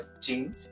change